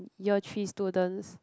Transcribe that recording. year three students